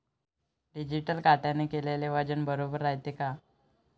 Digital काट्याने केलेल वजन बरोबर रायते का?